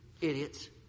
Idiots